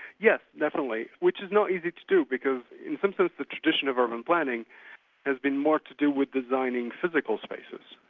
yes definitely. which is not easy to do because in some sense the tradition of urban planning has been more to do with designing physical spaces,